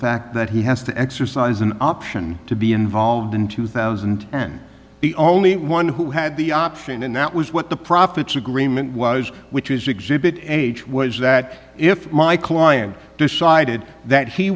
fact that he has to exercise an option to be involved in two thousand and the only one who had the option and that was what the profits agreement was which is exhibit age was that if my client decided that he